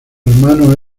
hermano